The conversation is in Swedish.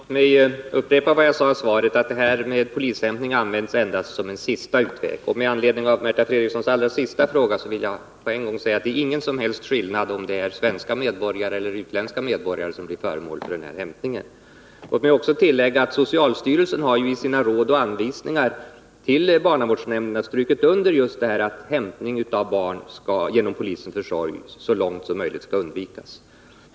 Herr talman! Låt mig upprepa vad jag sade i svaret, nämligen att polishämtning endast används som en sista utväg. Med anledning av Märta Fredriksons allra sista fråga vill jag på en gång säga att det är ingen som helst skillnad om det är svensk medborgare eller utländsk medborgare som blir föremål för sådan här hämtning. Låt mig också tillägga att socialstyrelsen i sina Råd och anvisningar till barnavårdsnämnderna har strukit under just att hämtning av barn genom polisens försorg så långt som möjligt skall undvikas.